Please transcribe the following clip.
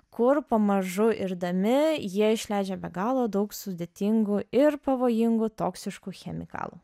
kur pamažu irdami jie išleidžia be galo daug sudėtingų ir pavojingų toksiškų chemikalų